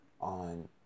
on